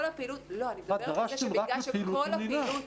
לא, אני מדברת על זה שבגלל שכל הפעילות